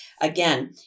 Again